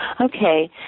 Okay